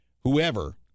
whoever